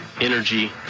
energy